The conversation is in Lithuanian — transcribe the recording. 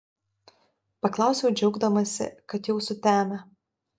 paklausiau džiaugdamasi kad jau sutemę